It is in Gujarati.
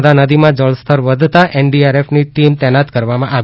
નર્મદા નદીમાં જળસ્તર વધતા એનડીઆરએફની ટીમ તૈનાત કરવામાં આવી